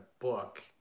book